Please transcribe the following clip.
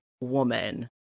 woman